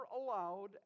allowed